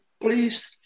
please